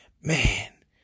man